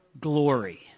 glory